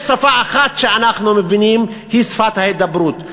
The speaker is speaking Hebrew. יש שפה אחת שאנחנו מבינים והיא שפת ההידברות.